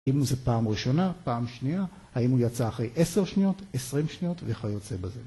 אם זו פעם ראשונה, פעם שנייה, האם הוא יצא אחרי עשר שניות, עשרים שניות, וכיוצא בזה.